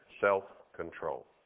self-control